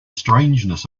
strangeness